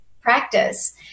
practice